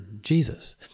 Jesus